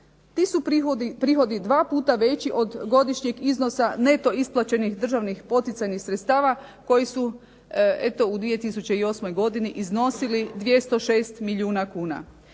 Ti su prihodi 2 puta veći od godišnjeg iznosa neto isplaćenih državnih poticajnih sredstava koji su eto u 2008. godini iznosili 206 milijuna kuna.